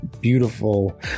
beautiful